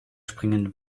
springende